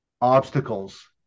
obstacles